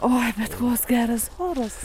oi bet koks geras oras